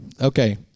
Okay